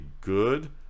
good